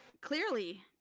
Clearly